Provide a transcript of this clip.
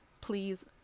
please